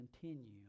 continue